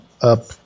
up